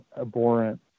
abhorrent